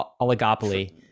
Oligopoly